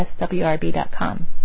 SWRB.com